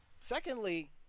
Secondly